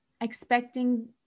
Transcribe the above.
expecting